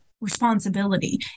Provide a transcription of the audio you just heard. responsibility